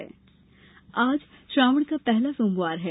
श्रावण सोमवार आज श्रावण का पहला सोमवार है